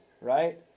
Right